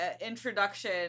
introduction